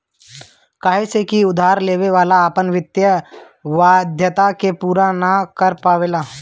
काहे से की उधार लेवे वाला अपना वित्तीय वाध्यता के पूरा ना कर पावेला